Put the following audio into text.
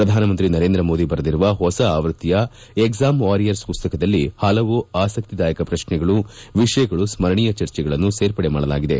ಪ್ರಧಾನಮಂತ್ರಿ ನರೇಂದ್ರ ಮೋದಿ ಬರೆದಿರುವ ಹೊಸ ಆವೃತ್ತಿಯ ಎಕ್ಷಾಮ್ ವಾರಿಯರ್ಸ್ ಮಸ್ತಕದಲ್ಲಿ ಹಲವು ಆಸಕ್ತಿದಾಯಕ ಪ್ರಶ್ನೆಗಳು ವಿಷಯಗಳು ಸ್ನರಣೀಯ ಚರ್ಚೆಗಳನ್ನು ಸೇರ್ಪಡೆ ಮಾಡಲಾಗಿದೆ